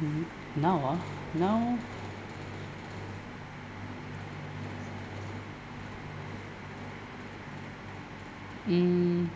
mm now ah now mm